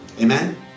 Amen